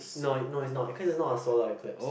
no it no it's not cause it's not a solar eclipse